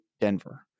Denver